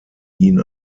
ihn